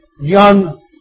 young